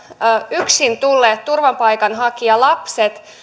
yksin tulleet turvapaikanhakijalapset